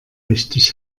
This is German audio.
richtig